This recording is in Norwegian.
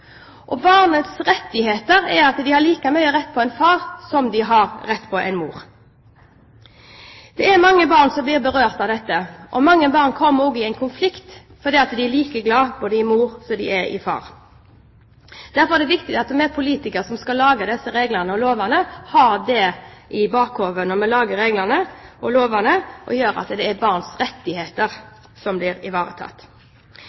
rettigheter er at de har like mye rett på en far som de har rett på en mor. Det er mange barn som blir berørt av dette, og mange barn kommer i en konflikt fordi de er like glad i mor som de er i far. Derfor er det viktig at vi som politikere, vi som skal lage disse reglene og lovene, har det i bakhodet når vi lager dem, og ser til at barns rettigheter blir ivaretatt. I Dagsavisen forrige uke sto det